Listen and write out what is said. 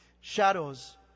Shadows